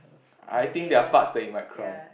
I think there are parts that you might cry